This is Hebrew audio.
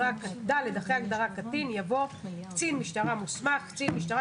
(ד)אחרי ההגדרה "קטין" יבוא: ""קצין משטרה מוסמך" קצין משטרה